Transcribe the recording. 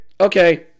okay